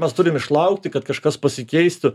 mes turime išlaukti kad kažkas pasikeistų